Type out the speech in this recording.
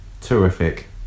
Terrific